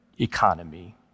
economy